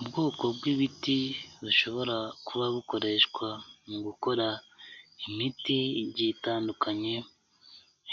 Ubwoko bw'ibiti bushobora kuba bukoreshwa mu gukora imiti igiye itandukanye